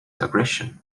aggression